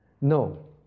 No